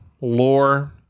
lore